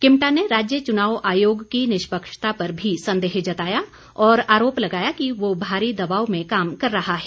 किमटा ने राज्य चुनाव आयोग की निष्पक्षता पर भी संदेह जताया और आरोप लगाया कि वह भारी दबाव में काम कर रहा है